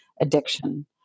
addiction